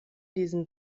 diesen